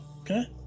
okay